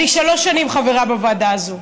אני שלוש שנים חברה בוועדה הזו.